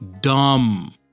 dumb